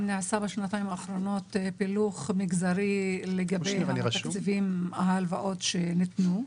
אם נעשה בשנתיים האחרונות פילוח מגזרי לגבי ההלוואות שניתנו?